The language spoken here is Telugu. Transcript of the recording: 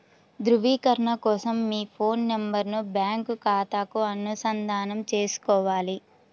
ధ్రువీకరణ కోసం మీ ఫోన్ నెంబరును బ్యాంకు ఖాతాకు అనుసంధానం చేసుకోవాలి